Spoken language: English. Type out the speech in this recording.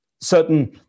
certain